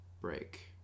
break